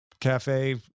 cafe